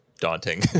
daunting